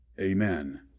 amen